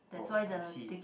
oh I see